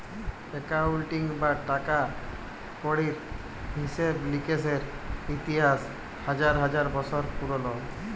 accounting বা টাকা কড়ির হিসেব লিকেসের ইতিহাস হাজার হাজার বসর পুরল